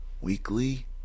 weekly